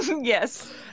Yes